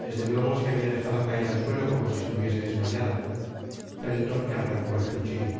desde luego se habia dejado caer al suelo como si estuviese desmayada felton le arrancó el cuchillo